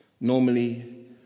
Normally